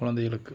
குழந்தைகளுக்கு